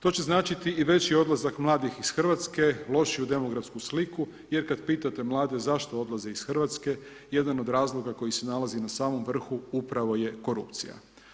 To će značiti i veći odlazak mladih iz Hrvatske, lošiju demografsku sliku jer kada pitate mlade zašto odlaze iz Hrvatske jedan od razloga koji se nalazi na samom vrhu upravo je korupcija.